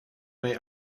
mig